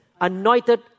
anointed